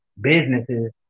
businesses